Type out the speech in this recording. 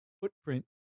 footprint